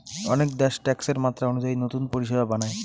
অনেক দ্যাশ ট্যাক্সের মাত্রা অনুযায়ী নতুন পরিষেবা বানায়